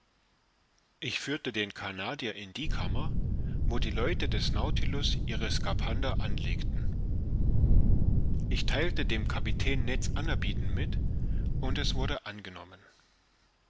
ich führte den canadier in die kammer wo die leute des nautilus ihre skaphander anlegten ich theilte dem kapitän ned's anerbieten mit und es wurde angenommen